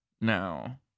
now